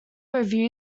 review